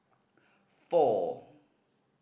four